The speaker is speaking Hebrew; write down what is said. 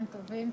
צהריים טובים.